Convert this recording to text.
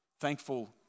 thankful